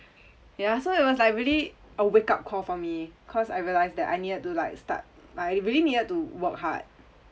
ya so it was like really a wake up call for me cause I realised that I needed to like start I really needed to work hard